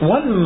One